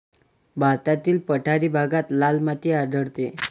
भारतातील पठारी भागात लाल माती आढळते